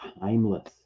timeless